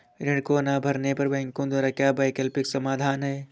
ऋण को ना भरने पर बैंकों द्वारा क्या वैकल्पिक समाधान हैं?